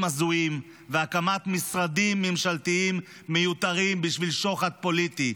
הזויים והקמת משרדים ממשלתיים מיותרים בשביל שוחד פוליטי: